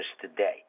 today